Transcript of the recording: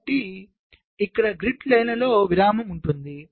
కాబట్టి ఇక్కడ గ్రిడ్ లైన్లో విరామం ఉంటుంది